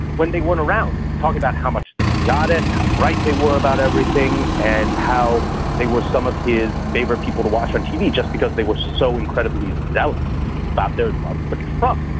when they went around talking about how much they got it right, they were about everything and how they were some of his favorite people to watch on tv just because they were so incredibly zealous about their love for trump.